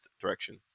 direction